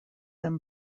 them